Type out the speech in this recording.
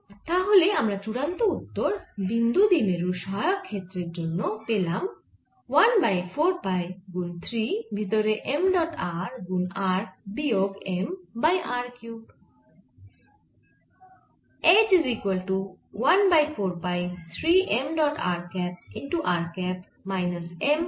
তাহলে আমার চুড়ান্ত উত্তর বিন্দু দ্বিমেরুর সহায়ক ক্ষেত্রের জন্য হল 1 বাই 4 পাই গুন 3 ভেতরে m ডট r গুন r বিয়োগ m বাই r কিউব